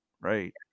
right